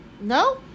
No